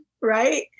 right